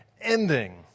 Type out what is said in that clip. ending